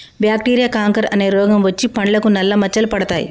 bacteria canker అనే రోగం వచ్చి పండ్లకు నల్ల మచ్చలు పడతాయి